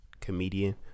comedian